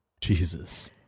Jesus